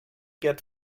get